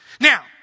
Now